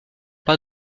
pas